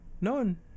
None